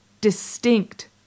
distinct